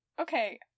okay